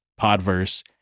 Podverse